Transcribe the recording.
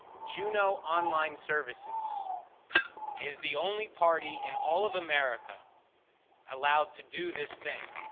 juno online services is the only party in all of america allowed to do this thing.